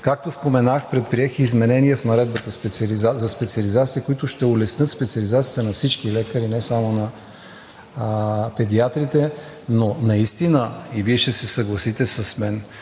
Както споменах, предприех изменения в Наредбата за специализациите, които ще улеснят специализациите на всички лекари, не само на педиатрите. Наистина и Вие ще се съгласите с мен